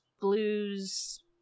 blues